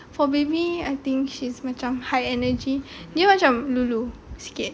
for baby I think she's macam high energy dia macam lulu sikit